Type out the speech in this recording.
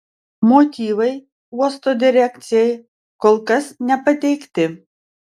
motyvai uosto direkcijai kol kas nepateikti